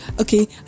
Okay